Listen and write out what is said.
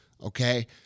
Okay